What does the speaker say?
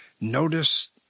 notice